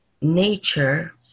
nature